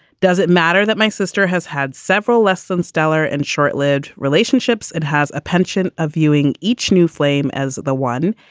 does it matter that my sister has had several less than stellar and short lived relationships and has a pension of viewing each new flame as the one?